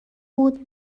بود